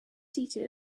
seated